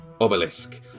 obelisk